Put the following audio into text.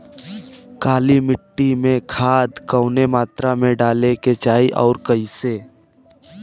काली मिट्टी में खाद कवने मात्रा में डाले के चाही अउर कइसे?